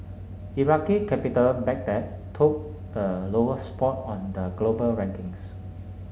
Iraqi capital Baghdad took the lowest spot on the global rankings